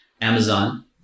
Amazon